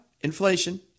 inflation